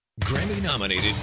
Grammy-nominated